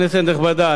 כנסת נכבדה,